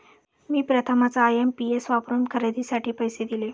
मी प्रथमच आय.एम.पी.एस वापरून खरेदीसाठी पैसे दिले